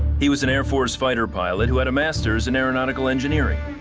he was an air force fighter pilot who had a masters in aeronautical engineering.